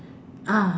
ah